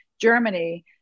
Germany